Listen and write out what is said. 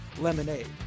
lemonade